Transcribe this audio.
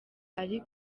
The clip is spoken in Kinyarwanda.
ari